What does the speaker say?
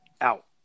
out